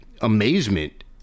amazement